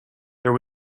there